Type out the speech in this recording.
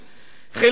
חילקו,